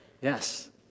Yes